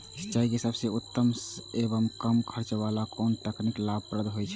सिंचाई के सबसे उत्तम एवं कम खर्च वाला कोन तकनीक लाभप्रद होयत छै?